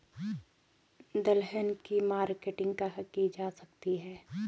दलहन की मार्केटिंग कहाँ की जा सकती है?